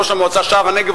ראש המועצה האזורית שער-הנגב,